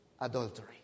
adultery